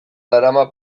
darama